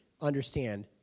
understand